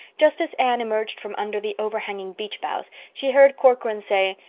just as anne emerged from under the overhanging beech boughs she heard corcoran say,